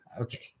okay